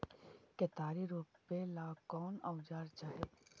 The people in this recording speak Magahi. केतारी रोपेला कौन औजर चाही?